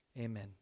Amen